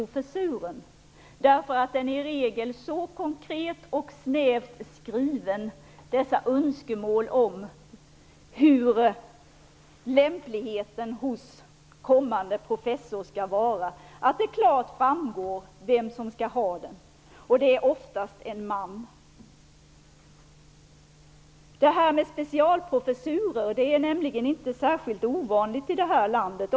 Annonsen är nämligen i regel så konkret och snävt skriven när det gäller önskemålen om hur den kommande professorn skall vara, att det klart framgår vem som skall ha professuren. Det är oftast en man. Specialprofessurer är inte något särskilt ovanligt i vårt land.